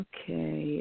Okay